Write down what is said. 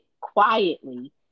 quietly